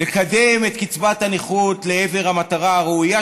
לקדם את קצבת הנכות לעבר המטרה הראויה,